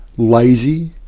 lazy,